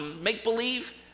make-believe